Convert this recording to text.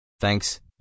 Thanks